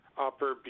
Upper